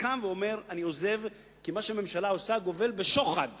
אין שום ערובה בידנו שהניהול הזה לא ימשיך גם הלאה,